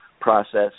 process